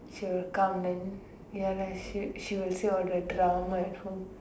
she would come in ya and she she would see all the drama at home